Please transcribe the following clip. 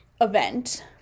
event